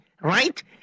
right